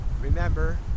Remember